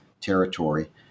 territory